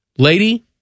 Lady